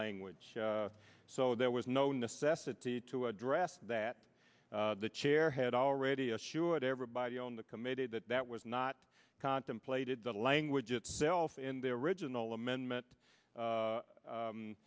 language so there was no necessity to address that the chair had already assured everybody on the committee that that was not contemplated the language itself in their original amendment